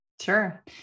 Sure